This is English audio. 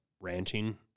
ranching